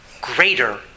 greater